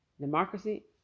Democracy